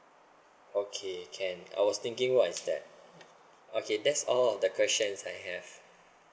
okay can I was thinking what is that okay that's all the questions I have